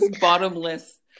bottomless